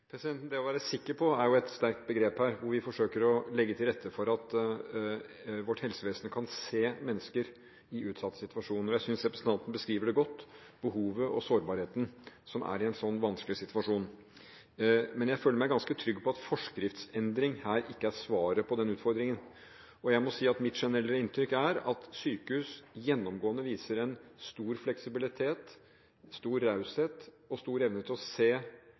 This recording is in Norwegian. Det å «være sikker på» er et sterkt begrep. Vi forsøker å legge til rette for at vårt helsevesen kan se mennesker i utsatte situasjoner. Jeg synes representanten godt beskriver behovet og sårbarheten som er i en sånn vanskelig situasjon. Men jeg føler meg ganske trygg på at forskriftsendring her ikke er svaret på den utfordringen, og jeg må si at mitt generelle inntrykk er at sykehus gjennomgående viser en stor fleksibilitet, stor raushet og stor evne til å se